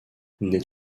naît